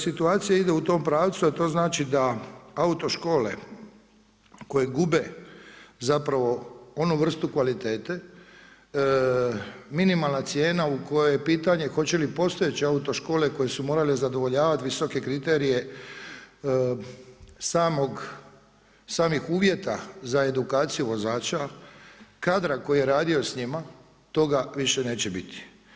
Situacija ide u tom pravcu a to znači da autoškole koje gube zapravo onu vrstu kvalitete, minimalna cijena u kojoj je pitanje hoće li postojeće autoškole koje su morale zadovoljavati visoke kriterije samih uvjeta za edukaciju vozača, kadra koji je radio s njima, toga više neće biti.